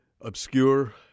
obscure